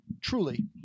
truly